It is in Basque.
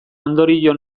ondorio